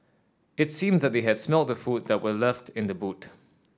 it seemed that they had smelt the food that were left in the boot